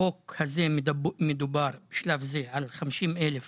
החוק הזה, מדובר בשלב זה על 50,000 סף,